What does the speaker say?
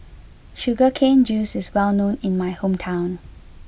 Sugar Cane Juice is well known in my hometown